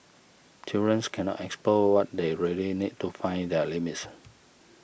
children's cannot explore what they really need to find their limits